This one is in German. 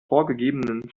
vorgegebenen